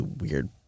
weird